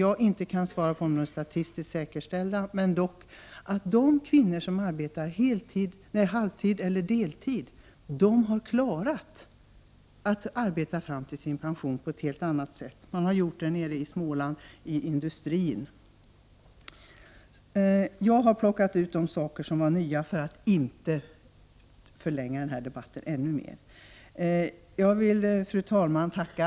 Det finns andra undersökningar som visar att kvinnor som arbetar halvtid eller deltid har klarat att arbeta fram till sin pension på ett helt annat sätt. Jag kan inte garantera att dessa undersökningar är statistiskt säkerställda, men undersökningarna är från industrin i Småland. För att inte förlänga debatten ännu mer har jag valt att ta upp frågor som är nya i sammanhanget. Fru talman!